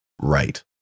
right